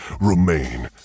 remain